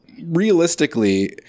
realistically